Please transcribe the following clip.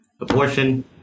abortion